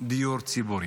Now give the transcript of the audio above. דיור ציבורי.